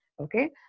okay